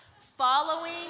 following